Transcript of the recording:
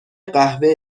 قهوه